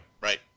right